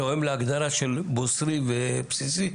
גם בהיבט העקרוני של הסדרת עיסוק שצריכה להיעשות בחקיקה